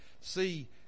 see